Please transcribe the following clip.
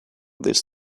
this